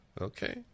Okay